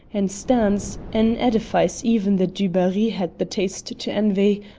and stands, an edifice even the du barry had the taste to envy,